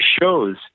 shows